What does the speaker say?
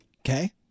Okay